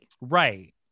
Right